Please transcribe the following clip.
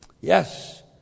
yes